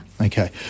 Okay